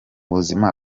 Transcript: buzima